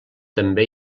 també